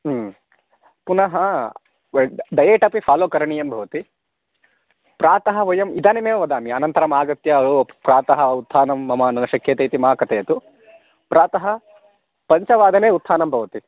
ह्म् पुनः weight diet अपि follow करणीयं भवति प्रातः अह्म् इदानीमेव वदामि अनन्तरमागत्य ओ प्रातः उत्थानं मम न शक्यते इति मा कथयतु प्रातः पञ्चवादने उत्थानं भवति